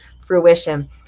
fruition